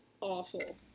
awful